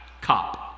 cop